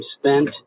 spent